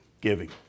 giving